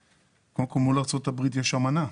קודם כל מול ארצות הברית יש אמנה.